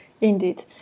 indeed